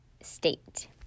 state